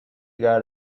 got